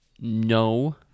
no